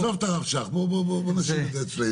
עזוב את הרב שך, בוא נשאיר את זה אצלנו.